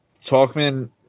Talkman